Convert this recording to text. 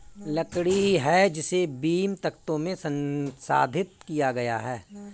लकड़ी है जिसे बीम, तख्तों में संसाधित किया गया है